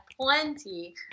plenty